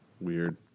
Weird